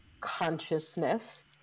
consciousness